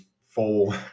fall